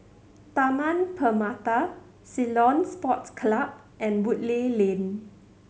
Taman Permata Ceylon Sports Club and Woodleigh Lane